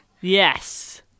Yes